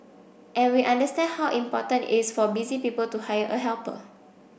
and we understand how important it is for busy people to hire a helper